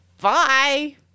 Bye